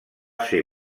ser